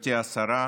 גברתי השרה,